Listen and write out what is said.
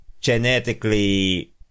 genetically